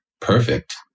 perfect